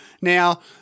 Now-